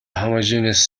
homogeneous